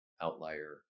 outlier